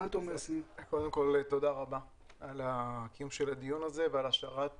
תודה רבה על קיום הדיון הזה והשארת